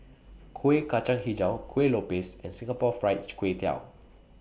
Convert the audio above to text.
Kueh Kacang Hijau Kuih Lopes and Singapore Fried Kway Tiao